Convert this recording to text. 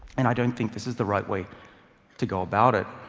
and i don't think this is the right way to go about it.